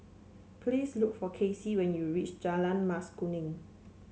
please look for Casey when you reach Jalan Mas Kuning